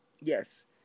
Yes